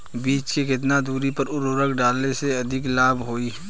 बीज के केतना दूरी पर उर्वरक डाले से अधिक लाभ होई?